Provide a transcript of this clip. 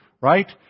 Right